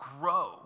grow